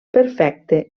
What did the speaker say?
perfecte